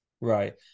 Right